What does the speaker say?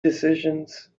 decisions